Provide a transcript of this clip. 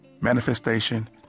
manifestation